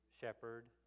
shepherd